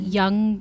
young